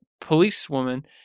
policewoman